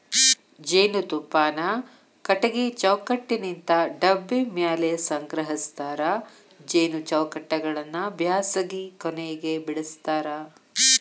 ಜೇನುತುಪ್ಪಾನ ಕಟಗಿ ಚೌಕಟ್ಟನಿಂತ ಡಬ್ಬಿ ಮ್ಯಾಲೆ ಸಂಗ್ರಹಸ್ತಾರ ಜೇನು ಚೌಕಟ್ಟಗಳನ್ನ ಬ್ಯಾಸಗಿ ಕೊನೆಗ ಬಿಡಸ್ತಾರ